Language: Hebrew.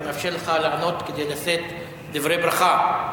ומאפשר לך לעלות כדי לשאת דברי ברכה.